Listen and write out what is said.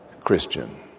Christian